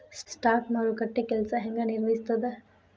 stock ಮಾರುಕಟ್ಟೆ ಕೆಲ್ಸ ಹೆಂಗ ನಿರ್ವಹಿಸ್ತದ